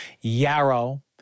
yarrow